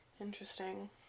Interesting